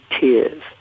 tears